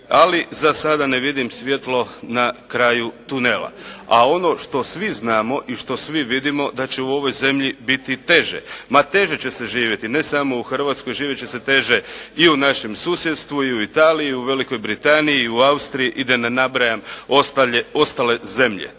ali za sada ne vidim svjetlo na kraju tunela, a ono što svi znamo i što svi vidimo da će u ovoj zemlji biti teže. Ma teže će se živjeti. Ne samo u Hrvatskoj, živjeti će se teže i u našem susjedstvu i u Italiji i u Velikoj Britaniji i u Austriji i da ne nabrajam ostale zemlje.